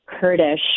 Kurdish